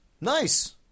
Nice